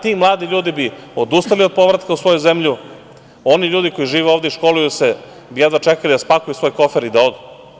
Ti mladi ljudi bi odustali od povratka u svoju zemlju, oni ljudi koji žive ovde i školuju se bi jedva čekali da spakuju svoje kofer i da odu.